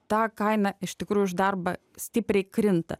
ta kaina iš tikrųjų už darbą stipriai krinta